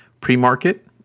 pre-market